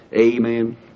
Amen